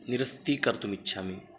निरस्तीकर्तुम् इच्छामि